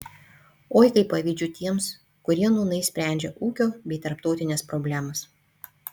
o kaip pavydžiu tiems kurie nūnai sprendžia ūkio bei tarptautines problemas